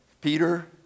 Peter